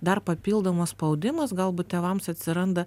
dar papildomas spaudimas galbūt tėvams atsiranda